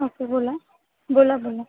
okay बोला बोला बोला